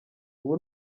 ubu